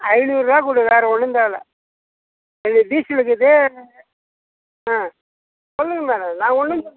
ஐந்நூறுபா கொடுங்க வேற ஒன்றும் தேவையில்ல அது டீசல் இருக்குது ஆ சொல்லுங்கள் மேடம் நான் ஒன்றும் சொல்